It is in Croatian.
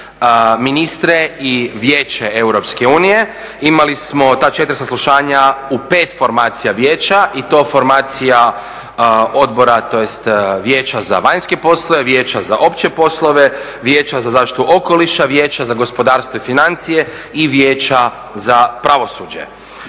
ministre i vijeće EU, imali smo ta 4 saslušanja u 5 formacija vijeća i to formacija Odbora, tj Vijeća za vanjske poslove, Vijeća za opće poslove, Vijeća za zaštitu okoliša, Vijeća za gospodarstvo i financije i Vijeća za pravosuđe.